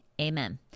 amen